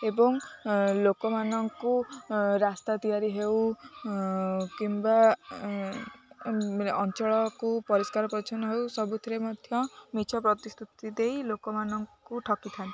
ଏବଂ ଲୋକମାନଙ୍କୁ ରାସ୍ତା ତିଆରି ହେଉ କିମ୍ବାାନ ଅଞ୍ଚଳକୁ ପରିଷ୍କାର ପରିଚ୍ଛନ୍ନ ହେଉ ସବୁଥିରେ ମଧ୍ୟ ମିଛ ପ୍ରତିଶସ୍ତୁତି ଦେଇ ଲୋକମାନଙ୍କୁ ଠକିଥାନ୍ତି